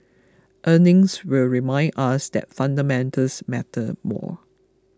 earnings will remind us that fundamentals matter more